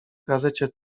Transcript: gazecie